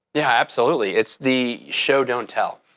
yeah, absolutely. it's the show-don't-tell